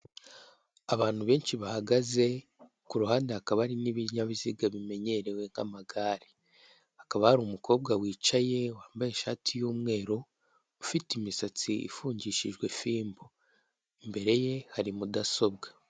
Abantu benshi bahagaze, ku ruhande hakaba hari n'ibinyabiziga bimenyerewe nk'amagare. Hakaba hari umukobwa wicaye wambaye ishati y'umweru, ufite imisatsi ifungishijwe fimbo. Imbere ye hari mudasobwa.